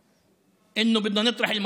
ומתרגם:)